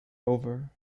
over